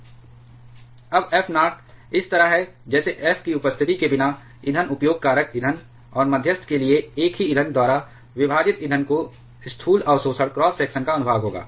ρ k f - f0 f अब f naught इस तरह है जैसे विष की उपस्थिति के बिना ईंधन उपयोग कारक ईंधन और मध्यस्थ के लिए एक ही ईंधन द्वारा विभाजित ईंधन का स्थूल अवशोषण क्रॉस सेक्शन का अनुभाग होगा